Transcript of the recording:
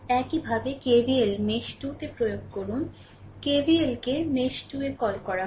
একইভাবে KVL mesh 2 তে প্রয়োগ করুন KVL কে মেশ 2 এ কল করা হয়